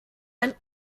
einen